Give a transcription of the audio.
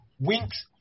Winks